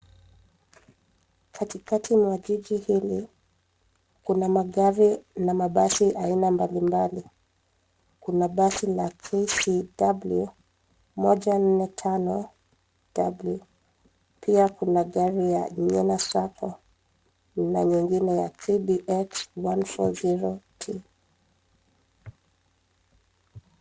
Katikati mwa jiji hili kuna magari na mabasi aina mbalimbali. Kuna basi la KCW 145W.Pia kuna gari ya NYENA SACCO na nyingine ya KBX 140T.